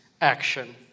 action